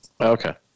Okay